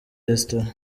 restaurant